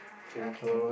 okay